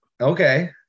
Okay